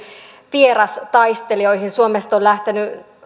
vierastaistelijoihin suomesta on lähtenyt